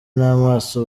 n’amaso